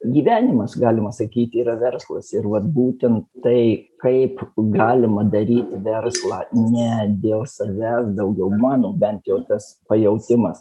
gyvenimas galima sakyti yra verslas ir vat būtent tai kaip galima daryt verslą ne dėl savęs daugiau mano bent jau tas pajautimas